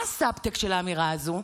מה הסאבטקסט של האמירה הזאת?